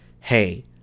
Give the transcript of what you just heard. hey